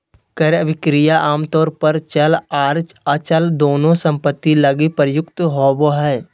क्रय अभिक्रय आमतौर पर चल आर अचल दोनों सम्पत्ति लगी प्रयुक्त होबो हय